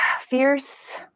Fierce